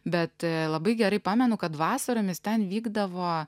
bet labai gerai pamenu kad vasaromis ten vykdavo